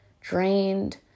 drained